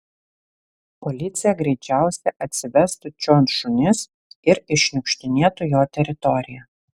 policija greičiausiai atsivestų čion šunis ir iššniukštinėtų jo teritoriją